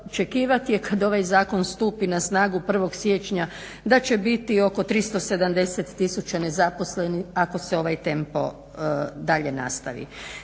očekivati je kad ovaj zakon stupi na snagu 1. siječnja da će biti oko 370 000 nezaposlenih ako se ovaj tempo dalje nastavi.